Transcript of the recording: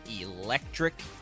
electric